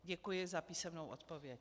Děkuji za písemnou odpověď.